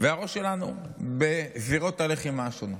והראש שלנו בזירות הלחימה השונות.